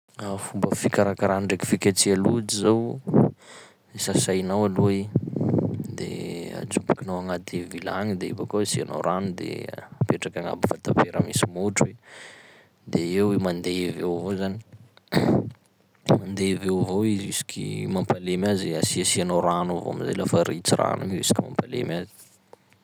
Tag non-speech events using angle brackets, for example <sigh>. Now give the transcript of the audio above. <hesitation> Fomba fikarakara ndraiky fiketreha lojy zao: sasainao aloha i, de <hesitation> ajobokinao agnaty vilagny, de bakeo asianao rano, de <hesitation> apetraka agnabo fatampera misy motro i, de eo i mandevy eo avao zany, <noise> mandevy eo avao i jusky mampalemy azy asiasianao rano avao am'zay lafa ritra rano igny juska mampalemy azy.